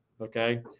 okay